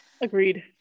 Agreed